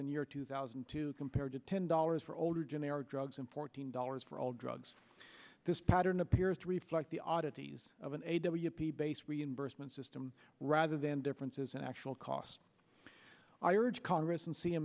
in year two thousand and two compared to ten dollars for older generic drugs and fourteen dollars for all drugs this pattern appears to reflect the oddities of an a w p based reimbursement system rather than differences in actual costs i urge congress and